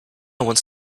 wants